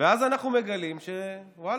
אז אנחנו מגלים שוואללה,